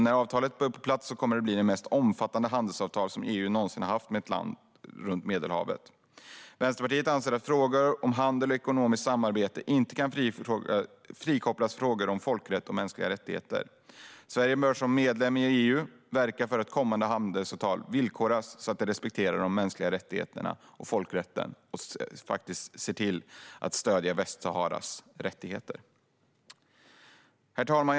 När avtalet är på plats kommer det att bli det mest omfattande handelsavtal som EU någonsin haft med något land runt Medelhavet. Vänsterpartiet anser att frågor om handel och ekonomiskt samarbete inte kan frikopplas från frågor om folkrätt och mänskliga rättigheter. Sverige bör som medlem i EU verka för att kommande handelsavtal ska villkoras med respekt för de mänskliga rättigheterna och folkrätten och stöd för Västsaharas rättigheter. Herr talman!